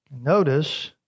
Notice